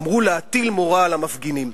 אמרו: להטיל מורא על המפגינים.